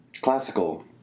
classical